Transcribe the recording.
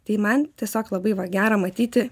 tai man tiesiog labai gera matyti